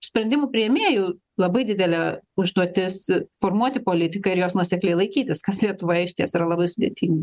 sprendimų priėmėjų labai didelė užduotis formuoti politiką ir jos nuosekliai laikytis kas lietuvoje išties yra labai sudėtinga